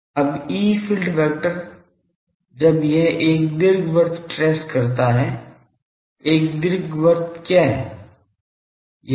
अब ई field vector जब यह एक दीर्घवृत्त ट्रेस करता है एक दीर्घवृत्त क्या है